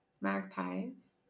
magpies